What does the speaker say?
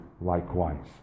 likewise